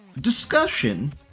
discussion